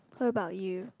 what about you